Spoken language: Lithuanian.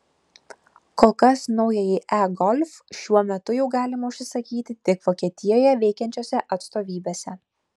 kol kas naująjį e golf šiuo metu jau galima užsisakyti tik vokietijoje veikiančiose atstovybėse